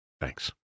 Thanks